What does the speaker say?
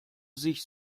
sich